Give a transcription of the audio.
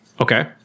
Okay